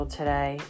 today